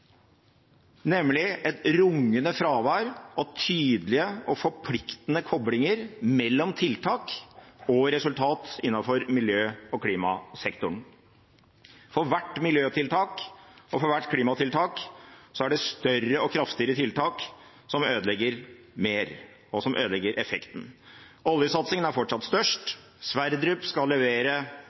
nemlig et rungende fravær av tydelige og forpliktende koblinger mellom tiltak og resultat innenfor miljø- og klimasektoren. For hvert miljøtiltak og for hvert klimatiltak er det større og kraftigere tiltak som ødelegger mer, og som ødelegger effekten. Oljesatsingen er fortsatt størst, Sverdrup skal levere